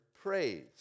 praise